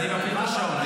מה אמרת על עופר?